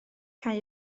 cau